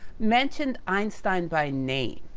mentioned einstein by name.